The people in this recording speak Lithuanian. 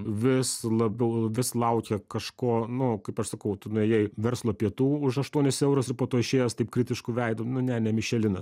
vis labiau vis laukia kažko nu kaip aš sakau tu nuėjai verslo pietų už aštuonis eurus ir po to išėjęs taip kritišku veidu nu ne ne mišelinas